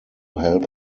help